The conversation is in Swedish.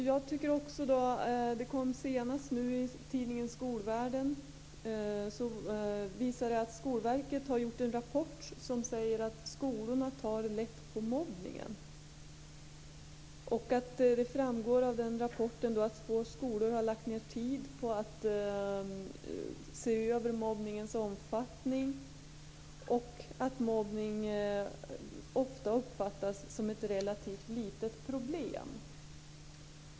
Tidningen Skolvärlden visade för ett tag sedan att Skolverket har gjort en rapport där det sägs att skolorna tar lätt på mobbningen. Det framgår av den att få skolor har lagt ned tid på att se över mobbningens omfattning och att mobbning ofta uppfattas som ett relativt litet problem.